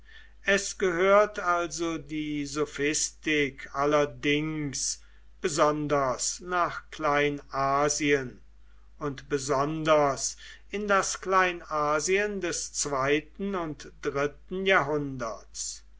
es gehört also die sophistik allerdings besonders nach kleinasien und besonders in das kleinasien des zweiten und dritten jahrhunderts